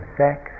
sex